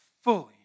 fully